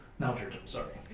now it's your turn sorry.